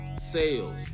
sales